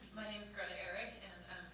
my name's greta erick and